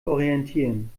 orientieren